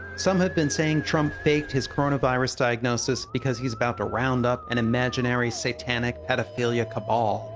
some have been saying trump faked his coronavirus diagnosis because he's about to round up an imaginary satanic pedophilia cabal.